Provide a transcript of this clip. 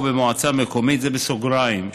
זה בסוגריים,